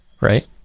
right